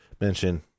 mention